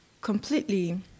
completely